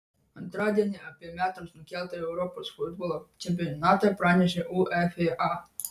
antradienį apie metams nukeltą europos futbolo čempionatą pranešė uefa